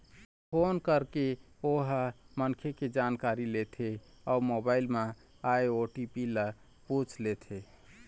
phone करके ओ ह मनखे के जानकारी लेथे अउ मोबाईल म आए ओ.टी.पी ल पूछ लेथे